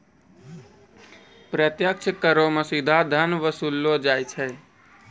प्रत्यक्ष करो मे सीधा धन वसूललो जाय छै